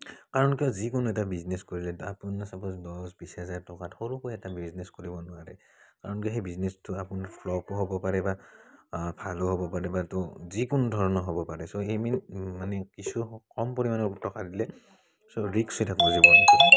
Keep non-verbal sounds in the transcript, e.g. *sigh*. কাৰণ কিয় যিকোনো এটা বিজনেছ কৰিলে তাত আপোনাৰ চাপ'জ দহ বিশ হাজাৰ টকাত সৰুকৈ এটা বিজনেছ কৰিব নোৱাৰে কাৰণ কিয় সেই বিজনেছটো আপোনাৰ ফ্লপো হ'ব পাৰে বা ভালো হ'ব পাৰে বা এইটো যিকোনো ধৰণৰ হ'ব পাৰে চ' সেই মানে কিছু কম পৰিমাণৰ টকা দিলে *unintelligible*